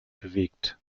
bewegt